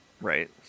Right